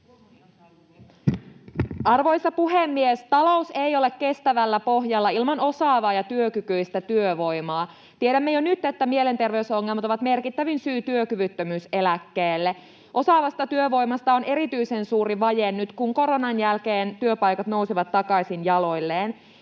Arvoisa puhemies! Talous ei ole kestävällä pohjalla ilman osaavaa ja työkykyistä työvoimaa. Tiedämme jo nyt, että mielenter-veysongelmat ovat merkittävin syy työkyvyttömyyseläkkeelle siirtymiseen. Osaavasta työvoimasta on erityisen suuri vaje nyt, kun koronan jälkeen työpaikat nousivat takaisin jaloilleen.